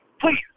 Please